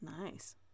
nice